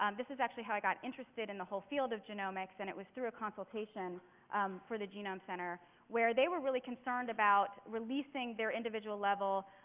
um this is actually how i got interested in the whole field of genomics and it was through a consultation for the genome center where they were really concerned about releasing their individual level